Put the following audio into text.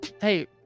hey